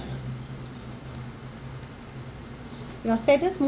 your saddest